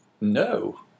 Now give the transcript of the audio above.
No